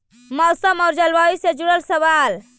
मौसम और जलवायु से जुड़ल सवाल?